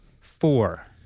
Four